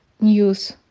news